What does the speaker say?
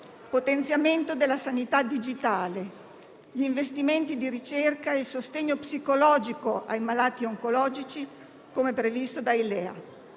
potenziamento della sanità digitale, gli investimenti nella ricerca per il sostegno psicologico ai malati oncologici, come previsto dai LEA.